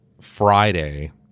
friday